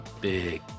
big